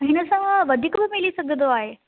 हिन सां वधीक बि मिली सघंदो आहे